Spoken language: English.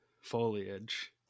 foliage